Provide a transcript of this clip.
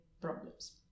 problems